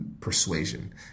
persuasion